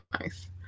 nice